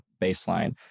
baseline